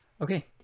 Okay